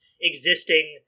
existing